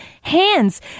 hands